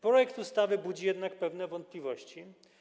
Projekt ustawy budzi jednak pewne wątpliwości.